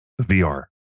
VR